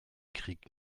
krieg